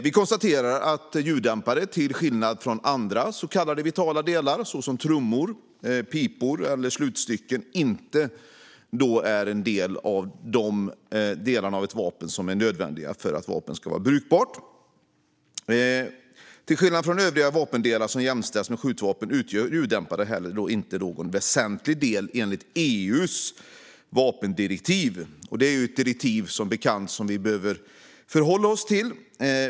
Vi konstaterar att ljuddämpare till skillnad från andra så kallade vitala delar såsom trummor, pipor eller slutstycken inte är en del av de delar av ett vapen som är nödvändiga för att ett vapen ska vara brukbart. Till skillnad från övriga vapendelar som jämställs med skjutvapen utgör ljuddämpare heller inte någon väsentlig del enligt EU:s vapendirektiv. Det är som bekant ett direktiv som vi behöver förhålla oss till.